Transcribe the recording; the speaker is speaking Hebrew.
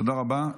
תודה רבה.